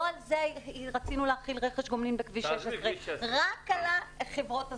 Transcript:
לא על זה רצינו להחיל רכש גומלין בכביש 16 רק על החברות הזרות.